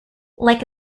like